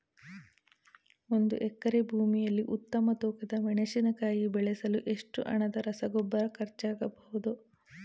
ಒಂದು ಎಕರೆ ಭೂಮಿಯಲ್ಲಿ ಉತ್ತಮ ತೂಕದ ಮೆಣಸಿನಕಾಯಿ ಬೆಳೆಸಲು ಎಷ್ಟು ಹಣದ ರಸಗೊಬ್ಬರ ಖರ್ಚಾಗಬಹುದು?